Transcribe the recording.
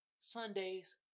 Sunday's